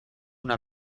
una